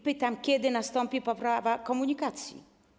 Pytam: Kiedy nastąpi poprawa komunikacji?